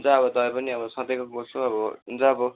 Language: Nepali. हुन्छ अब तपाईँ पनि अब सधैँको गोस हो अब हुन्छ अब